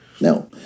No